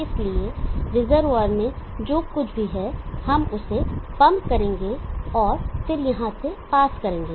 इसलिए रिजर्वॉयर में जो कुछ भी है हम उसे पंप करेंगे और फिर यहां से पास करेंगे